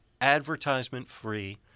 advertisement-free